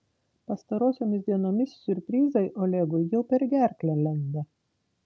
pastarosiomis dienomis siurprizai olegui jau per gerklę lenda